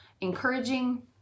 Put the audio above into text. encouraging